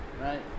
right